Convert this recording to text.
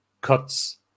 cuts